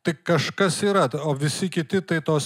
tai kažkas yra ta o visi kiti tai tos